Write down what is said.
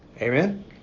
Amen